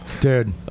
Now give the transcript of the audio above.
Dude